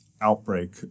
outbreak